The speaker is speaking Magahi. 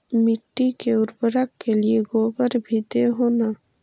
मिट्टी के उर्बरक के लिये गोबर भी दे हो न?